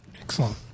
Excellent